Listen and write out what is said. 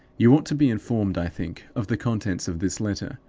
you ought to be informed, i think, of the contents of this letter,